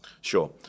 Sure